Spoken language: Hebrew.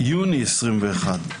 ביוני 21,